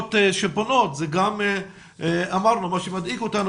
המסגרות שפונות אלא אמרנו שמה שמדאיג אותנו